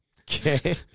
Okay